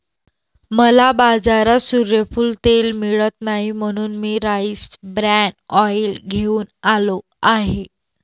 मला बाजारात सूर्यफूल तेल मिळत नाही म्हणून मी राईस ब्रॅन ऑइल घेऊन आलो आहे